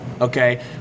okay